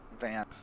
van